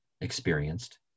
experienced